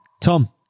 Tom